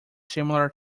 similar